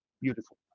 Beautiful